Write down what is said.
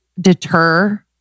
deter